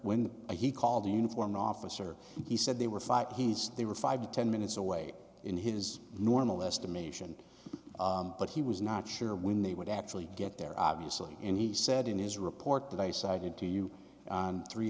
when he called the uniformed officer he said they were five he's they were five to ten minutes away in his normal estimation but he was not sure when they would actually get there obviously and he said in his report that i cited to you three